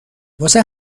واسه